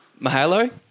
Mahalo